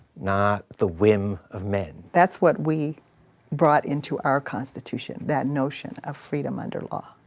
not the whim of men. that's what we brought in to our constitution, that notion of freedom under law.